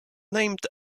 named